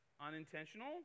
unintentional